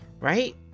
right